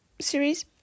series